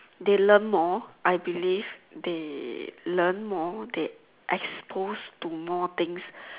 they learned more I believe they learn more they exposed to more things